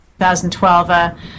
2012